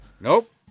Nope